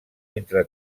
entre